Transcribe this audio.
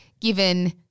given